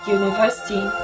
university